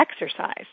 exercise